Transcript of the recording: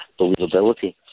believability